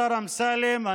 השר אמסלם,